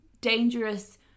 dangerous